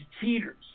cheaters